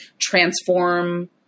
transform